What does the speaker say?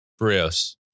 Brios